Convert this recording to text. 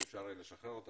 שאפשר יהיה לשחרר אותו,